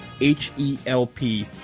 H-E-L-P